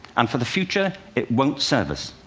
and for the future, it won't serve us.